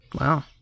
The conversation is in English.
Wow